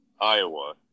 Iowa—